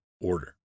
order